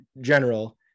general